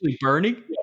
burning